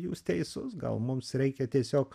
jūs teisus gal mums reikia tiesiog